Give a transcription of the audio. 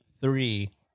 three